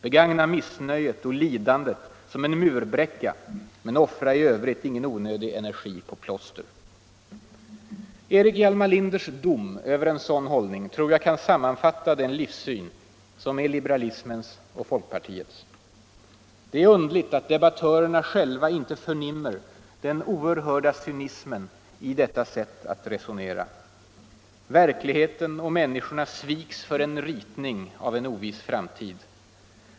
Begagna missnöjet och lidandet som en murbräcka, men offra i övrigt ingen onödig energi på plåster.” Erik Hjalmar Linders dom över en sådan hållning tror jag kan sammanfatta den livssyn som är liberalismens och folkpartiets: ”Det är underligt att debattörerna själva inte förnimmer den oerhörda cynismen i detta sätt att resonera. Verkligheten och människorna sviks för en ritning av en oviss framtid.